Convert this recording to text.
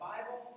Bible